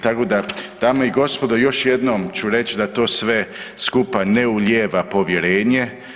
Tako da dame i gospodo još jednom ću reći da to sve skupa ne ulijeva povjerenje.